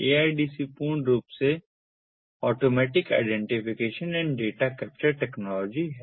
AIDC पूर्ण रूप automatic identification and data capture technology है